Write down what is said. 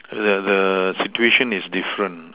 the the situation is different